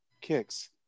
kicks